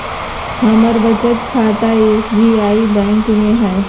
हमर बचत खता एस.बी.आई बैंक में हइ